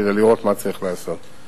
כדי לראות מה צריך לעשות.